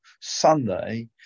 Sunday